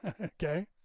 Okay